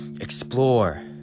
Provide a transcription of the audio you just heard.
explore